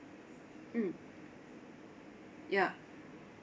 mm ya